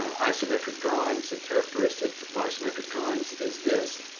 isometric drawings, the characteristic vice metric drawings is this.